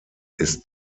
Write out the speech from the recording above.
ist